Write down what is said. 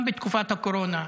גם בתקופת הקורונה,